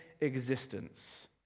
existence